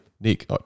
Nick